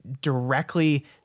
directly